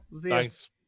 Thanks